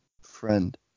Friend